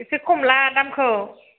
एसे खम ला दामखौ